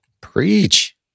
Preach